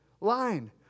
line